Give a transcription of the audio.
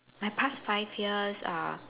my past five years uh